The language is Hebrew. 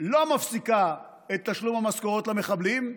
לא מפסיקה את תשלום המשכורות למחבלים,